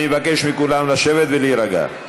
אני אבקש מכולם לשבת ולהירגע.